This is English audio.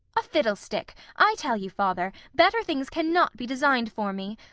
a fidlestick! i tell you, father, better things cannot be designed for me.